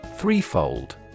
Threefold